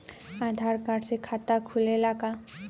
आधार card से खाता खुले ला का?